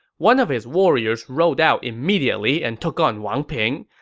one of his warriors rode out immediately and took on wang ping.